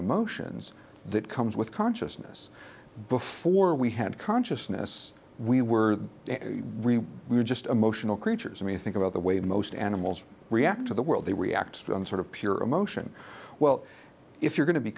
emotions that comes with consciousness before we had consciousness we were really we're just emotional creatures i mean think about the way most animals react to the world they react to and sort of peer emotion well if you're going to be